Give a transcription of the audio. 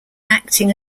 acting